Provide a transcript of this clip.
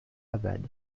abad